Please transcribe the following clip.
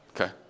Okay